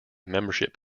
membership